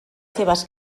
seves